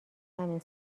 همین